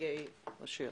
נציגי רשויות.